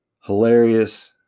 hilarious